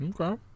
okay